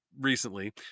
recently